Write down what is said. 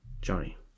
Johnny